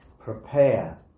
prepare